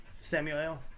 Samuel